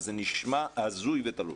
זה נשמע הזוי ותלוש.